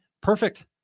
perfect